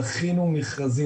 דחינו מכרזים,